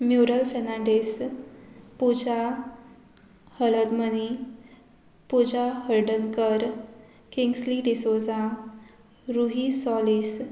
mural Fernandes Puja Haladmani Puja Hardankar Kingsley D'Souza Ruhi Solis